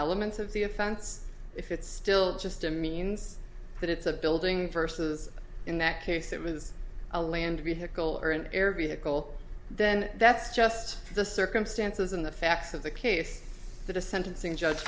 element of the offense if it's still just a means that it's a building versus in that case it was a landry haeckel or an air vehicle then that's just the circumstances and the facts of the case that a sentencing judge